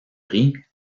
riz